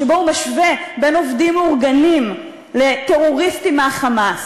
שבו הוא משווה עובדים מאורגנים לטרוריסטים מה"חמאס".